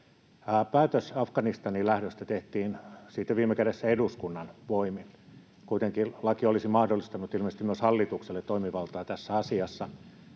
Päätös Afganistaniin lähdöstä tehtiin viime kädessä eduskunnan voimin. Kuitenkin laki olisi mahdollistanut ilmeisesti myös hallitukselle toimivaltaa tässä asiassa.